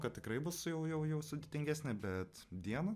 kad tikrai bus jau jau jau sudėtingesnė bet dieną